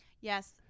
yes